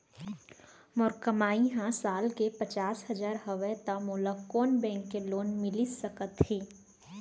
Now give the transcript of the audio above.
मोर कमाई ह साल के पचास हजार हवय त मोला कोन बैंक के लोन मिलिस सकथे?